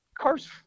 cars